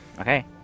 Okay